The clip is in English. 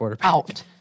out